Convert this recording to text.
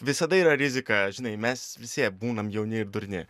visada yra rizika žinai mes visi būnam jauni ir durni